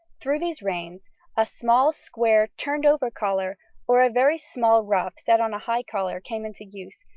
through these reigns a small square turned-over collar or a very small ruff set on a high collar came into use,